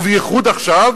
ובייחוד עכשיו